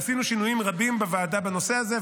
ועשינו שינויים רבים בוועדה בנושא הזה,